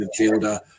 midfielder